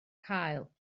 cael